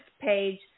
page